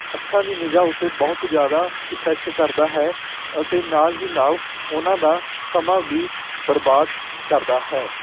ਅੱਖਾਂ ਦੀ ਨਿਗ੍ਹਾ ਉੱਤੇ ਬਹੁਤ ਜ਼ਿਆਦਾ ਇਫੈਕਟ ਕਰਦਾ ਹੈ ਅਤੇ ਨਾਲ ਹੀ ਨਾਲ ਉਹਨਾਂ ਦਾ ਸਮਾਂ ਵੀ ਬਰਬਾਦ ਕਰਦਾ ਹੈ